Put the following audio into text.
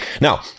Now